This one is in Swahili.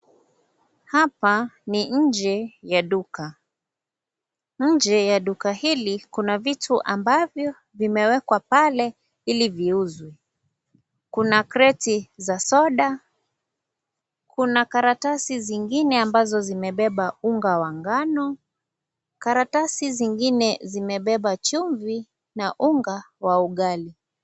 Hapa ni nje ya duka. Nje ya duka hili, kuna vitu ambavyo vimewekwa pale ili viuzwe. Kuna kreti za soda. Kuna karatasi zingine ambazo zimebeba unga wa ngano. Karatasi zingine zimebeba chumvi na unga wa ugali.